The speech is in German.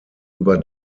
über